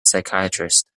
psychiatrist